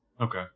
okay